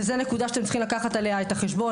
זו נקודה שאתם צריכים לקחת בחשבון,